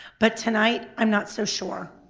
but tonight i'm not so sure.